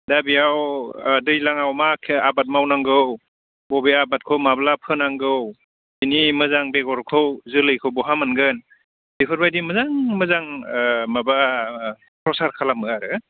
दा बेयाव दैज्लाङाव मा आबाद मावनांगौ बबे आबादखौ माब्ला फोनांगौ बेनि मोजां बेगरखौ जोलैखौ बहा मोनगोन बेफोरबायदि मोजां मोजां माबा प्रसार खालामो आरो